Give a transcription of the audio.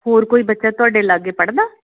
ਹੋਰ ਕੋਈ ਬੱਚਾ ਤੁਹਾਡੇ ਲਾਗੇ ਪੜ੍ਹਦਾ